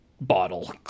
bottle